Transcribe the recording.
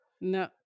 No